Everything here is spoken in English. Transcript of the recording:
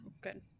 Good